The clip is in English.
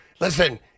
listen